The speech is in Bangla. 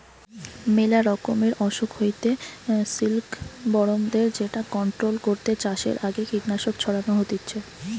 মেলা রকমের অসুখ হইতে সিল্কবরমদের যেটা কন্ট্রোল করতে চাষের আগে কীটনাশক ছড়ানো হতিছে